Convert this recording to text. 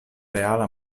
reala